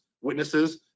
witnesses